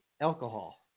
alcohol